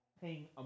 paying